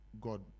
God